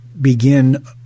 begin